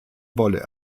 wolle